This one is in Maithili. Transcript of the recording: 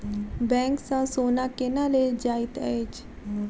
बैंक सँ सोना केना लेल जाइत अछि